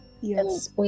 yes